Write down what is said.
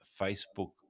Facebook